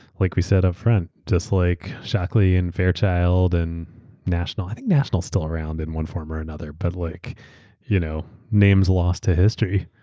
like we said upfront, just like shockley, and fairchild, and i think national still around in one form or another, but like you know names lost to history.